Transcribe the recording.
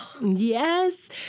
Yes